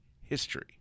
history